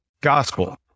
gospel